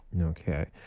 Okay